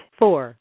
four